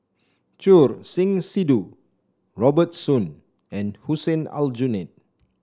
Choor Singh Sidhu Robert Soon and Hussein Aljunied